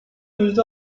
yüzde